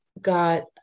got